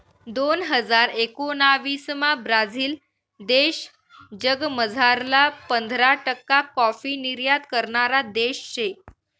दोन हजार एकोणाविसमा ब्राझील देश जगमझारला पंधरा टक्का काॅफी निर्यात करणारा देश शे